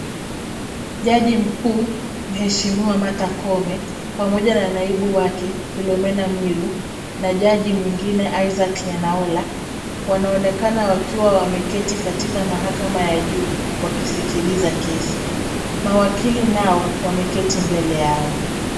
Jaji mkuu mheshimiwa Martha Koome pamoja na naibu wake Philomena Mwilu na jaji mwingine Isack Lenaola wanaonekana wakiwa wameketi katika mahakama ya juu wakisikiliza kesi. Mawakili nao wameketi mbele Yao.